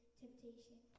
temptation